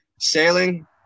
sailing